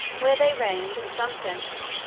where they reigned, in some sense,